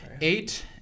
eight